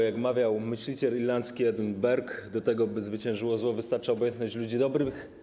Jak mawiał myśliciel irlandzki Edmund Burke: do tego, by zwyciężyło zło, wystarczy obojętność ludzi dobrych.